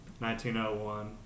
1901